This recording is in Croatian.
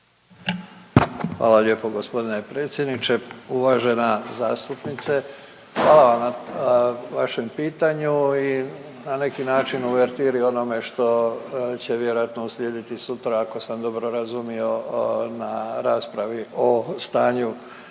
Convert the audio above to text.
Hvala lijepo g. predsjedniče. Uvažena zastupnice hvala vam na vašem pitanju i na neki način uvertiri onome što će vjerojatno uslijediti sutra ako sam dobro razumio na raspravi o stanju